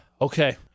Okay